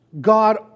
God